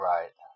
Right